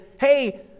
hey